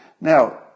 Now